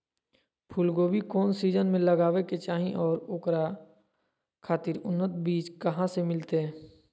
फूलगोभी कौन सीजन में लगावे के चाही और ओकरा खातिर उन्नत बिज कहा से मिलते?